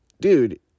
dude